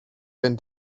been